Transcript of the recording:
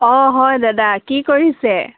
অঁ হয় দাদা কি কৰিছে